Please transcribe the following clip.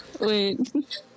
Wait